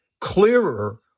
clearer